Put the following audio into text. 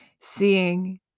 seeing